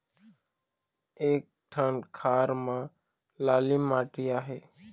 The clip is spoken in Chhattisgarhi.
एक ठन खार म लाली माटी आहे?